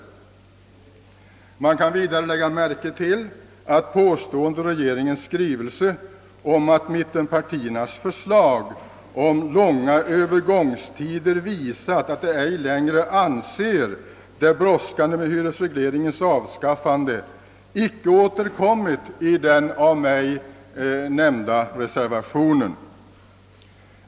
Vidare bör vi lägga märke till att påståendet i regeringens skrivelse om att mittenpartiernas »förslag om långa övergångstider» visat att »man ej längre anser det brådskande med hyresregleringens avskaffande» icke har återkommit i nyss omnämnda reservation.